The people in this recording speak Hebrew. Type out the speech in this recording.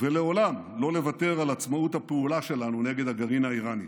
ולעולם לא לוותר על עצמאות הפעולה שלנו נגד הגרעין האיראני.